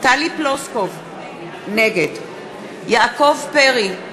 טלי פלוסקוב, נגד יעקב פרי,